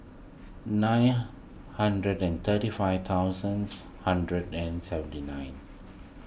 nine hundred and thirty five thousands hundred and seventy nine